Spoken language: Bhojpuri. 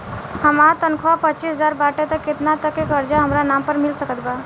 हमार तनख़ाह पच्चिस हज़ार बाटे त केतना तक के कर्जा हमरा नाम पर मिल सकत बा?